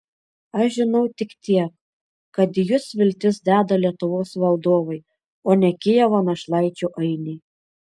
aš žinau tik tiek kad į jus viltis deda lietuvos valdovai o ne kijevo našlaičių ainiai